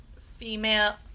female